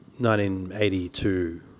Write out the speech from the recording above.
1982